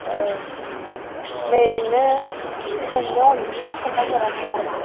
औ नै नोंनो बिगुमैया खिन्था हराखै नामा